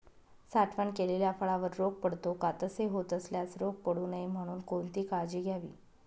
साठवण केलेल्या फळावर रोग पडतो का? तसे होत असल्यास रोग पडू नये म्हणून कोणती काळजी घ्यावी?